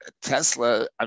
Tesla